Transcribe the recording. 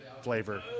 flavor